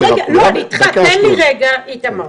אני לא רוצה לפגוע בפרנסה של אף סדרן